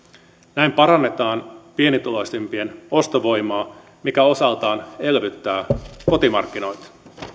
näin parannetaan pienituloisimpien ostovoimaa mikä osaltaan elvyttää kotimarkkinoita